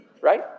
right